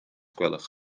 gwelwch